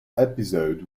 episode